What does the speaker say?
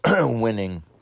winning